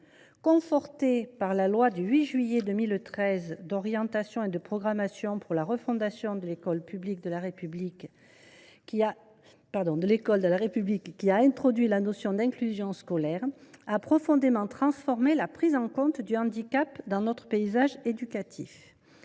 conforté par la loi du 8 juillet 2013 d’orientation et de programmation pour la refondation de l’école de la République, qui a introduit la notion d’inclusion scolaire –, a profondément transformé la prise en compte du handicap dans notre paysage éducatif.